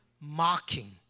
mocking